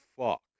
fuck